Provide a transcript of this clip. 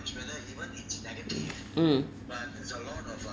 mm